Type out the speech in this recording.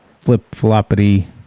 flip-floppity